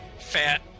fat